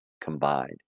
combined